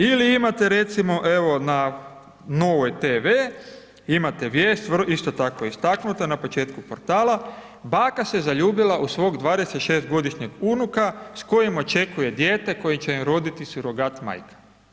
Ili imate recimo evo na NOVOJ TV, imate vijest isto tako istaknuta na početku portala, baka se zaljubila u svog 26 godišnjeg unuka s o kojim očekuje dijete koje će im roditi surogat majka.